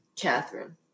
Catherine